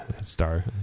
Star